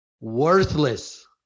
worthless